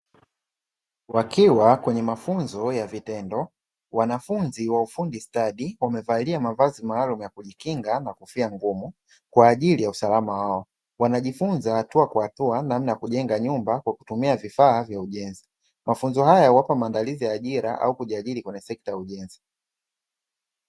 Wakiwa kwenye mafunzo ya vitendo, wanafunzi wa ufundi stadi wamevalia mavazi maalumu ya kujikinga na kofia ngumu kwa ajili ya usalama wao, wanajifunza hatua kwa hatua namna ya kujenga nyumba kwa kutumia vifaa vya ujenzi, mafunzo haya huwapa maandalizi ya ajira au kujiajiri kwenye sekta ya ujenzi.